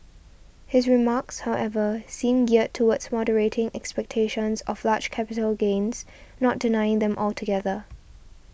his remarks however seem geared towards moderating expectations of large capital gains not denying them altogether